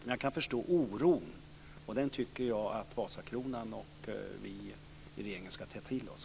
Men jag kan förstå oron, och den tycker jag Vasakronan och vi i regeringen ska ta till oss.